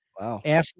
Wow